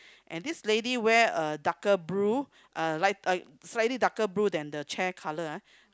and this lady wears a darker blue uh like like slightly darker blue than the chair colour ah